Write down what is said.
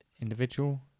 Individual